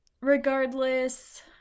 regardless